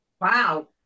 Wow